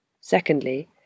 Secondly